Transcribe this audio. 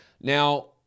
Now